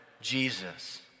Jesus